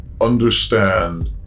Understand